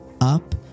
up